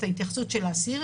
את ההתייחסות של האסיר,